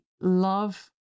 love